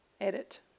edit